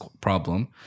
problem